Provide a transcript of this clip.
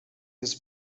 his